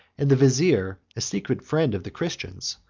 and the vizier, a secret friend of the christians,